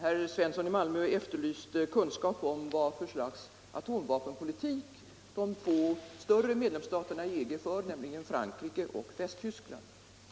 Herr Svensson i Malmö efterlyste uppgifter om vad för slags atomvapenpolitik de två större medlemsstaterna i EG — nämligen Frankrike och Västtyskland —